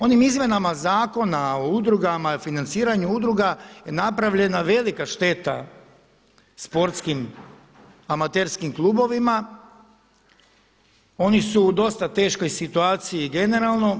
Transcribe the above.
Onim izmjenama Zakona o udrugama, financiranju udruga je napravljena velika šteta sportskim amaterskim klubovima, oni su u dosta teškoj situaciji generalno.